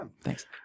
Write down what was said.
Thanks